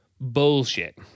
bullshit